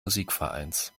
musikvereins